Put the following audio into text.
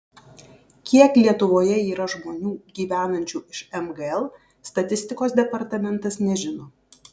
kiek lietuvoje yra žmonių gyvenančių iš mgl statistikos departamentas nežino